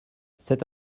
cet